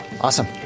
Awesome